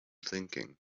thinking